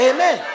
Amen